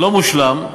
לא מושלם,